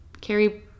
Carrie